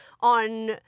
on